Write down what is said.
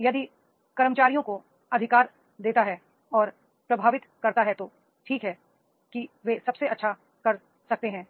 यदि कर्मचारियों को अधिकार देता है और प्रेरित करता है तो ठीक है कि वे सबसे अच्छा कर सकते हैं